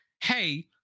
hey